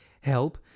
help